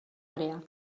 àrea